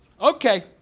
Okay